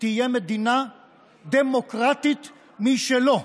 תהיה מדינה דמוקרטית משלו.